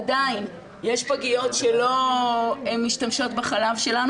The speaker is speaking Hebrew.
עדיין יש פגיות שלא משתמשות בחלב שלנו,